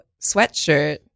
sweatshirt